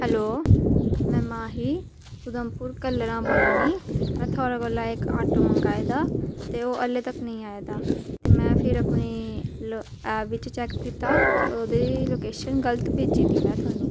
hello में माही उधमपुर कल्लरा बोल्ला नी में थोआढ़े कोला इक ऑटो मंगाए दा ते ओह् हल्ले तक निं आए दा ते में फ्ही अपनी ऐप च चेक कीता कि ओह्दी लोकेशन गलत भेजी दी में थुआनू